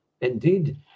Indeed